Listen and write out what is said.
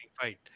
fight